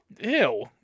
ew